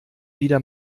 wieder